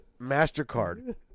Mastercard